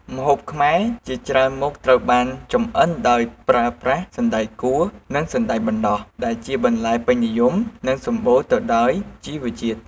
ម្ហូបខ្មែរជាច្រើនមុខត្រូវបានចម្អិនដោយប្រើប្រាស់ សណ្តែកគួរ និង សណ្តែកបណ្តុះ ដែលជាបន្លែពេញនិយម និងសម្បូរទៅដោយជីវជាតិ។